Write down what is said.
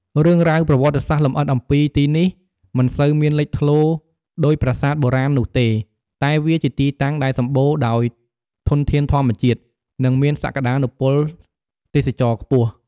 រឿងរ៉ាវប្រវត្តិសាស្ត្រលម្អិតអំពីទីនេះមិនសូវមានលេចធ្លោដូចប្រាសាទបុរាណនោះទេ តែវាជាទីតាំងដែលសម្បូរដោយធនធានធម្មជាតិ និងមានសក្តានុពលទេសចរណ៍ខ្ពស់។